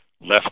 left